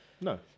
no